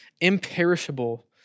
imperishable